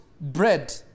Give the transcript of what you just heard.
bread